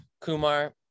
Kumar